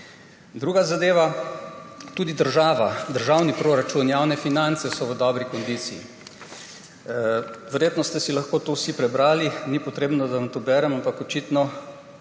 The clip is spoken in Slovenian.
Druga zadeva. Tudi država, državni proračun, javne finance so v dobri kondiciji. Verjetno ste si lahko to vsi prebrali, ni potrebno, da vam to berem, ampak očitno